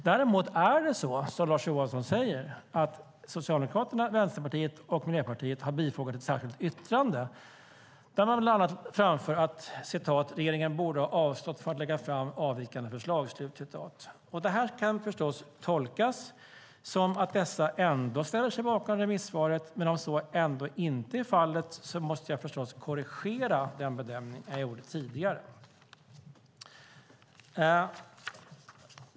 Däremot är det som Lars Johansson säger: Socialdemokraterna, Vänsterpartiet och Miljöpartiet har bifogat ett särskilt yttrande där de bland annat framför att regeringen borde ha avstått från att lägga fram avvikande förslag. Det här kan förstås tolkas som att dessa ändå ställer sig bakom remissvaret, men om så trots allt inte är fallet måste jag förstås korrigera den bedömning jag gjorde tidigare.